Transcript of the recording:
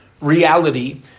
reality